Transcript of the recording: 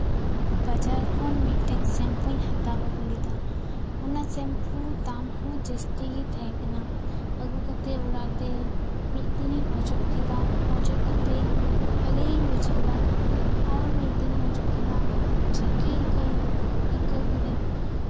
ᱵᱟᱡᱟᱨ ᱠᱷᱚᱱ ᱢᱤᱫᱴᱮᱱ ᱥᱮᱢᱯᱩᱧ ᱦᱟᱛᱟᱣ ᱟᱜᱩᱞᱮᱫᱟ ᱚᱱᱟ ᱥᱮᱢᱯᱩ ᱫᱟᱢ ᱦᱚᱸ ᱡᱟᱹᱥᱛᱤ ᱜᱮ ᱛᱟᱦᱮᱸ ᱠᱟᱱᱟ ᱟᱜᱩ ᱠᱟᱛᱮ ᱚᱲᱟᱜ ᱨᱮ ᱢᱤᱫ ᱫᱤᱱᱤᱧ ᱚᱡᱚᱜ ᱠᱮᱫᱟ ᱚᱡᱚᱜ ᱠᱟᱛᱮ ᱵᱷᱟᱜᱮ ᱜᱤᱧ ᱵᱩᱡᱽ ᱠᱮᱫᱟ ᱟᱨᱦᱚᱸ ᱢᱤᱫ ᱫᱤᱱᱤᱧ ᱚᱡᱚᱜ ᱠᱮᱫᱟ ᱴᱷᱤᱠᱜᱤᱧ ᱟᱹᱭᱠᱟᱹᱣ ᱠᱮᱫᱟᱹᱧ